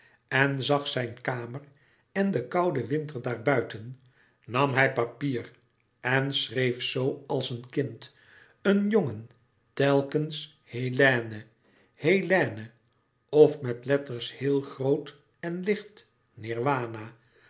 en zag zijn kamer en den kouden winter daarbuiten nam hij papier en schreef zooals een kind een jongen telkens hélène hélène of met letters heel groot en licht